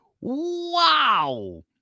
Wow